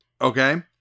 Okay